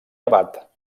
abat